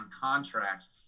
contracts